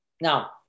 Now